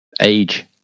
Age